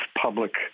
public